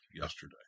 yesterday